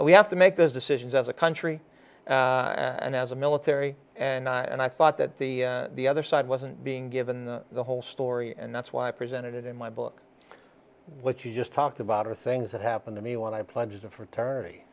we have to make those decisions as a country and as a military and and i thought that the other side wasn't being given the whole story and that's why i presented it in my book what you just talked about are things that happened to me when i pledged a fraternity